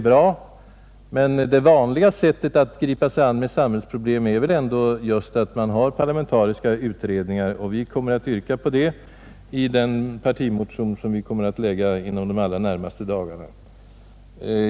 Men det vanliga sättet att gripa sig an med samhällsproblem är väl ändå att man har parlamentariska utredningar. Vi kommer att yrka på det i den partimotion som vi kommer att väcka inom de närmaste dagarna.